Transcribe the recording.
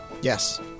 Yes